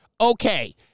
okay